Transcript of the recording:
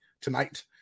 Tonight